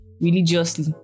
religiously